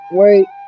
wait